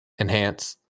Enhance